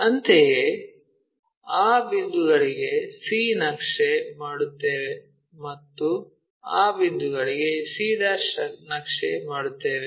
ಅಂತೆಯೇ ಆ ಬಿಂದುಗಳಿಗೆ c ನಕ್ಷೆ ಮಾಡುತ್ತೇವೆ ಮತ್ತು ಆ ಬಿಂದುಗಳಿಗೆ c' ನಕ್ಷೆ ಮಾಡುತ್ತೇವೆ